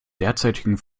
derzeitigen